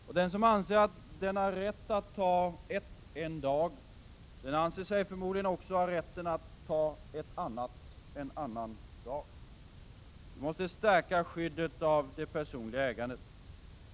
Och den som anser sig ha rätt att ta ett en viss dag, anser sig förmodligen också ha rätt att ta ett annat en annan dag. Vi måste stärka skyddet av det personliga ägandet.